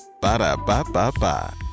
ba-da-ba-ba-ba